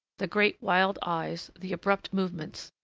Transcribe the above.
the great, wild eyes, the abrupt movements,